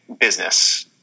business